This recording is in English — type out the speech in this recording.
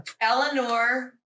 Eleanor